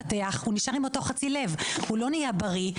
הוא נשאר עם חצי לב, הוא לא נהיה בריא.